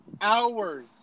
hours